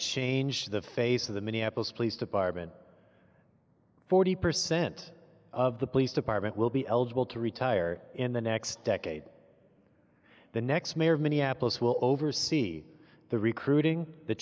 change the face of the minneapolis police department forty percent of the police department will be eligible to retire in the next decade the next mayor of minneapolis will oversee the recruiting the